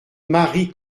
marie